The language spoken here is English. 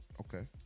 Okay